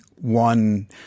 one